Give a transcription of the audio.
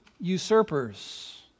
usurpers